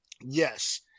yes